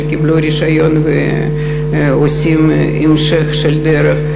שקיבלו רישיון ועושים המשך של דרך,